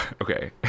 okay